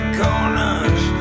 corners